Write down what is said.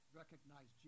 recognize